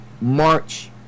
march